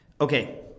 Okay